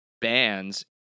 bands